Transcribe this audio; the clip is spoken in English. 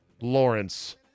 Lawrence